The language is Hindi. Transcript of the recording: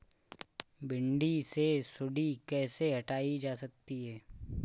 भिंडी से सुंडी कैसे हटाया जा सकता है?